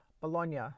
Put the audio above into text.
Bologna